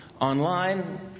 online